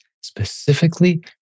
specifically